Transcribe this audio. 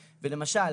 למשל,